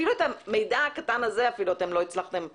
אפילו את המידע הזה אתם לא הצלחתם להעביר.